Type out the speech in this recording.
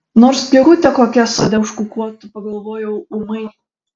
nors gegutė kokia sode užkukuotų pagalvojau ūmai